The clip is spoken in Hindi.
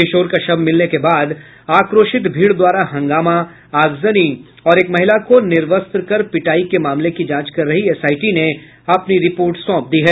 किशोर का शव मिलने के बाद आक्रोशित भीड़ द्वारा हंगामा आगजनी और एक महिला को निर्वस्त्र कर पिटायी के मामले की जांच कर रही एसआईटी ने अपनी रिपोर्ट सौंप दी है